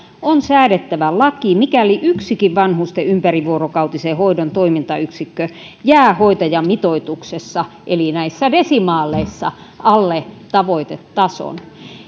on säädettävä laki mikäli yksikin vanhusten ympärivuorokautisen hoidon toimintayksikkö jää hoitajamitoituksessa eli näissä desimaaleissa alle tavoitetason